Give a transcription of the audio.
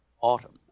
Autumn